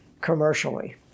commercially